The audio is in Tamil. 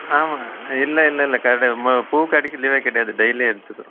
ஆமாம் இல்லை இல்லை இல்லை கடையா மு பூ கடைக்கு லீவே கிடையாது டெய்லி எடுத்துக்கிறோம்